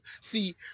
See